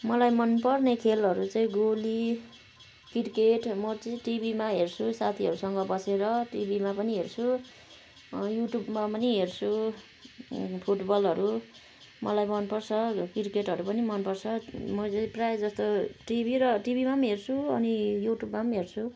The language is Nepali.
मलाई मनपर्ने खेलहरू चाहिँ गोली क्रिकेट म चाहिँ टिभीमा हेर्छु साथीहरूसँग बसेर टिभीमा पनि हेर्छु युट्युबमा पनि हेर्छु फुटबलहरू मलाई मन पर्छ क्रिकेटहरू पनि मन पर्छ मैले प्रायः जस्तो टिभी र टिभीमा पनि हेर्छु अनि युट्युबमा पनि हेर्छु